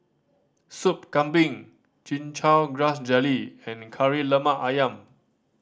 Sop Kambing Chin Chow Grass Jelly and Kari Lemak Ayam